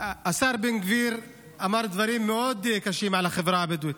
השר בן גביר אמר דברים קשים מאוד על החברה הבדואית.